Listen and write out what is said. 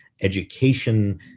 education